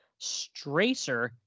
stracer